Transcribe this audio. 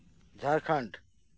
Jharkhand